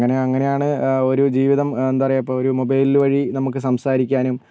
അങ്ങനെ അങ്ങനെയാണ് ഓരോ ജീവിതം എന്താണ് പറയുക ഇപ്പോൾ ഒരു മൊബൈൽ വഴി നമുക്ക് സംസാരിക്കാനും